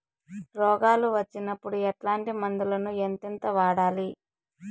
రోగాలు వచ్చినప్పుడు ఎట్లాంటి మందులను ఎంతెంత వాడాలి?